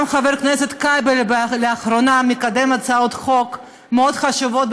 גם חבר הכנסת כבל מקדם לאחרונה הצעות חוק מאוד חשובות,